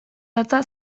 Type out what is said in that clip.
datza